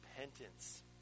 repentance